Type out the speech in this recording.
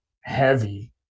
heavy